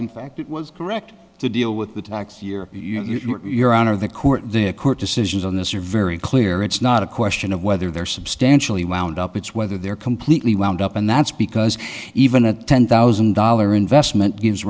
in fact it was correct to deal with the tax year you're on or the court the court decisions on this are very clear it's not a question of whether they're substantially wound up it's whether they're completely wound up and that's because even a ten thousand dollar investment gives